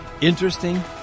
Interesting